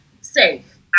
safe